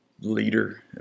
leader